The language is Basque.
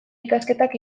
ikasketak